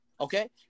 Okay